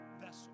vessel